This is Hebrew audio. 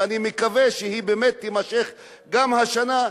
אני מקווה שהיא באמת תימשך גם השנה,